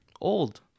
old